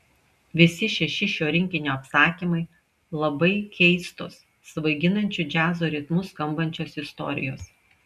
visi šeši šio rinkinio apsakymai labai keistos svaiginančiu džiazo ritmu skambančios istorijos